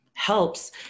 helps